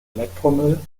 elektromüll